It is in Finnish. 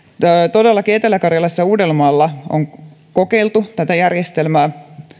todellakin etelä karjalassa ja uudellamaalla on kokeiltu tätä järjestelmää